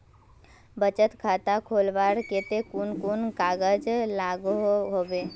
बचत खाता खोलवार केते कुन कुन कागज लागोहो होबे?